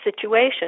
situation